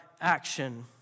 action